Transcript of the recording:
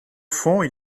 fond